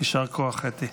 יישר כוח, אתי.